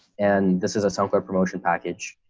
and this is a software promotion package,